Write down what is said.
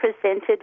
presented